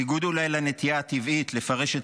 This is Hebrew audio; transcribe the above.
אולי בניגוד לנטייה הטבעית לפרש את